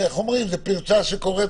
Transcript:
זו פרצה שקוראת